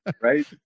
right